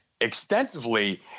extensively